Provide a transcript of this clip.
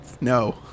No